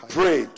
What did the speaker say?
pray